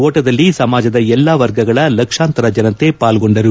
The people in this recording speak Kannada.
ಓಟದಲ್ಲಿ ಸಮಾಜದ ಎಲ್ಲಾ ವರ್ಗಗಳ ಲಕ್ಷಾಂತರ ಜನತೆ ಪಾಲ್ಗೊಂಡರು